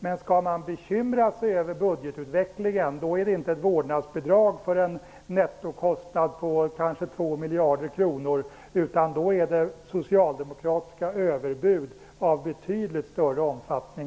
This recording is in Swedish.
Men skall man bekymra sig över budgetutvecklingen är inte vårdnadsbidrag för en nettokostnad om kanske 2 miljarder kronor det stora problemet. De socialdemokratiska överbuden är av betydligt större omfattning.